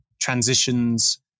transitions